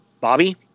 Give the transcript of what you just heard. Bobby